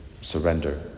Surrender